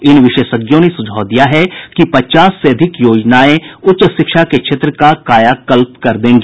इन विशेषज्ञों ने सुझाव दिया है कि पचास से अधिक योजनाएं उच्च शिक्षा के क्षेत्र का कायाकल्प कर देंगी